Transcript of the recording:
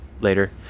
later